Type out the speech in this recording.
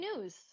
news